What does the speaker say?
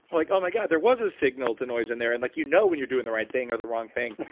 like, oh my god, there was a signal to noise in there and like you know when you're doing the right thing or the wrong thing,